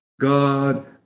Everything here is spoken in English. God